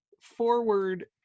forward